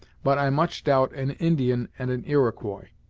but i much doubt an indian and an iroquois.